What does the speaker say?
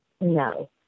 No